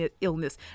illness